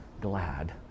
glad